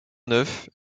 neufs